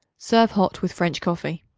serve hot with french coffee.